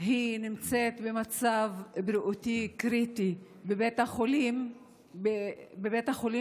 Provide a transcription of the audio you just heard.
היא נמצאת במצב בריאותי קריטי בבית החולים אל-אסראא.